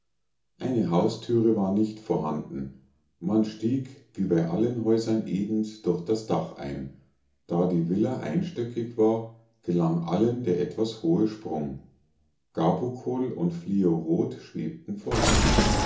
eine haustüre war nicht vorhanden man stieg wie bei allen häusern edens durch das dach ein da die villa einstöckig war gelang allen der etwas hohe sprung gabokol und fliorot schwebten voran